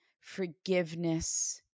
forgiveness